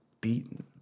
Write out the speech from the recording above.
beaten